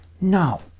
No